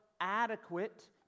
adequate